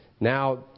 Now